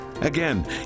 Again